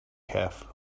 have